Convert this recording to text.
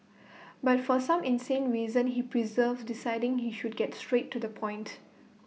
but for some insane reason he perseveres deciding he should get straight to the point